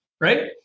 right